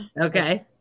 okay